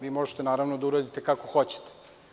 Vi možete naravno da uradite kako hoćete.